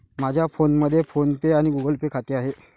माझ्या फोनमध्ये PhonePe आणि गुगल पे खाते आहे